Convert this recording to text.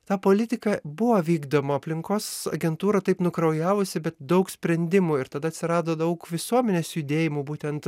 ta politika buvo vykdoma aplinkos agentūra taip nukraujavusi bet daug sprendimų ir tada atsirado daug visuomenės judėjimų būtent